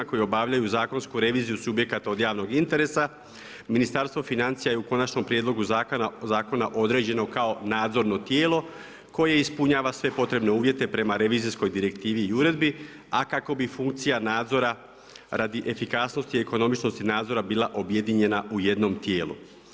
obavljaju zakonsku reviziju subjekata od javnog interesa, Ministarstvo financija je u konačnom prijedlogu zakona određeno kao nadzorno tijelo koje ispunjava sve potrebne uvjete prema revizijskoj direktivi i uredbi, a kako bi funkcija nadzora radi efikasnosti i ekonomičnosti nadzora bila objedinjena u jednom tijelu.